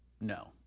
no